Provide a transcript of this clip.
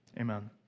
amen